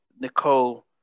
Nicole